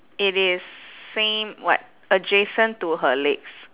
it is same what adjacent to her legs